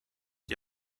die